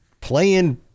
playing